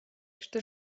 что